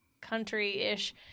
country-ish –